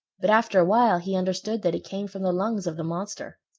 but after a while he understood that it came from the lungs of the monster.